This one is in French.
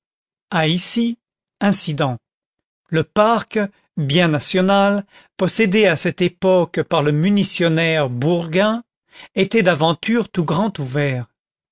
issy incident le parc bien national possédé à cette époque par le munitionnaire bourguin était d'aventure tout grand ouvert